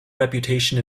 reputation